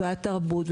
ועדת תרבות,